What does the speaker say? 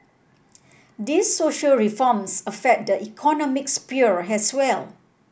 these social reforms affect the economic sphere as well